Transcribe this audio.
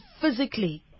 physically